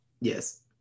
Yes